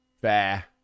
fair